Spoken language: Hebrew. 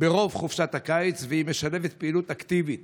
ברוב חופשת הקיץ, והיא משלבת פעילות אקטיבית